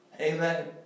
Amen